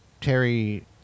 Terry